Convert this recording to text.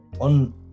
on